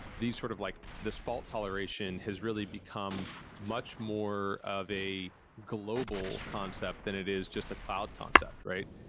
these sort of like this fault toleration has really become much more of a global concept than it is just a cloud concept, right?